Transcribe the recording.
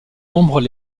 membres